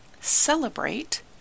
celebrate